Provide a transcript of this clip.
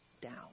down